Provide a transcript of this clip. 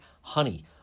honey